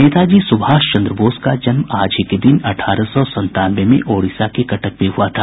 नेताजी सुभाष चन्द्र बोस का जन्म आज ही के दिन अठारह सौ संतानवे में ओडिसा के कटक में हुआ था